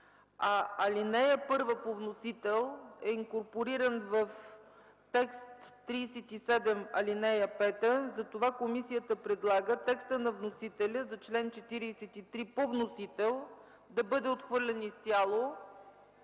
ал. 1 по вносител е инкорпориран към чл. 37, ал. 5, затова комисията предлага текстът на вносителя за чл. 43 по вносител да бъде отхвърлен изцяло.